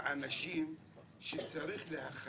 גם אם הוא יגיד זה לא משנה, אבל תן לו להגיד.